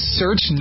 search